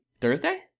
Thursday